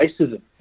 racism